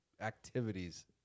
activities